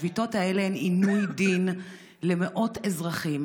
השביתות האלה הן עינוי דין למאות אזרחים.